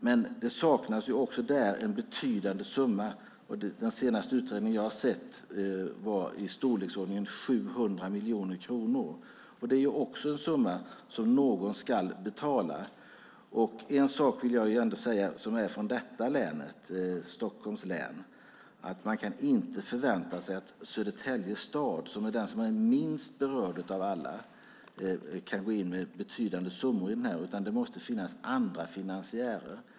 Men det saknades även där en betydande summa. Den senaste utredningen jag har sett nämner en summa storleksordningen 700 miljoner, och det är förstås en summa som någon ska betala. En sak vill jag ändå säga från Stockholms län: Man kan inte förvänta sig att Södertälje stad, som är minst berörd av alla, kan gå in med betydande summor i detta, utan det måste finnas andra finansiärer.